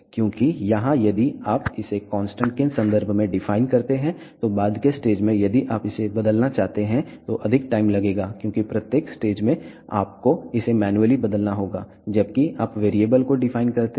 क्योंकि यहां यदि आप इसे कांस्टेंट के संदर्भ में डिफाइन करते हैं तो बाद के स्टेज में यदि आप इसे बदलना चाहते हैं तो अधिक टाइम लगेगा क्योंकि प्रत्येक स्टेज में आपको इसे मैनुअली बदलना होगा जबकि आप वेरिएबल को डिफाइन करते हैं